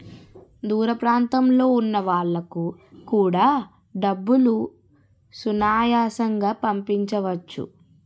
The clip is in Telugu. దూర ప్రాంతంలో ఉన్న వాళ్లకు కూడా డబ్బులు సునాయాసంగా పంపించవచ్చు